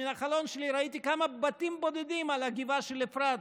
מן החלון שלי ראיתי כמה בתים בודדים על הגבעה של אפרת.